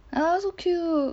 ah so cute